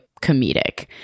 comedic